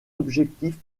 objectifs